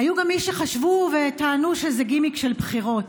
היו גם מי שחשבו וטענו שזה גימיק של בחירות.